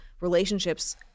relationships